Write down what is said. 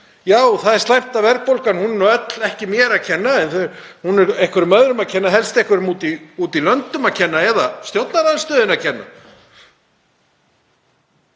Já, það er slæmt að verðbólgan — hún er nú ekki mér að kenna, hún er einhverjum öðrum að kenna, helst einhverjum úti í löndum að kenna eða stjórnarandstöðunni að kenna.